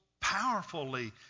powerfully